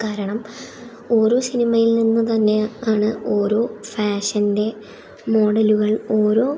കാരണം ഓരോ സിനിമയിൽ നിന്ന് തന്നെ ആണ് ഓരോ ഫാഷൻ്റെ മോഡലുകൾ ഓരോ